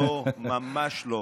לא, לא, ממש לא.